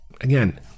again